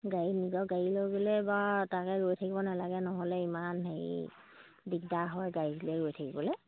গাড়ীত নিজৰ গাড়ী লৈ গ'লে বাৰু তাকে ৰৈ থাকিব নালাগে নহ'লে ইমান হেৰি দিগদাৰ হয় গাড়ীলৈ ৰৈ থাকিবলৈ